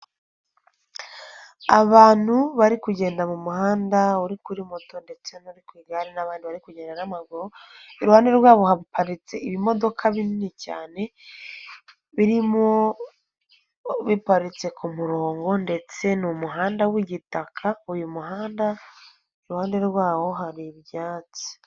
Abantu bari kugenda mu muhanda uri kuri moto ndetse no ku igare n'abandi bari kugenda n'amaguru, iruhande rwabo haparitse ibimodoka binini cyane birimo biparitse ku murongo ndetse ni umuhanda w'igitaka. Uyu muhanda iruhande rwawo hari ibyatsi.